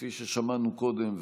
כפי ששמענו קודם,